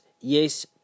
Yes